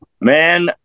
Man